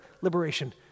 liberation